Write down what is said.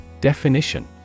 Definition